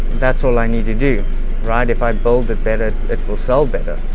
that's all i need to do right? if i build it better, it will sell better.